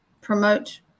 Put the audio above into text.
promote